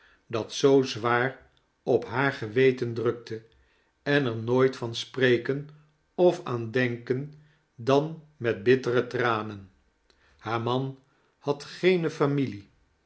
dat zoo zwaar op haar geweten drukte en er nooit van spreken of aan denken dan met bittere tranen haar man had geene familie